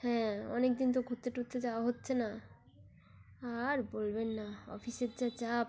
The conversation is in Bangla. হ্যাঁ অনেক দিন তো ঘুরতে টুরতে যাওয়া হচ্ছে না আর বলবেন না অফিসের যা চাপ